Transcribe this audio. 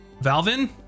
valvin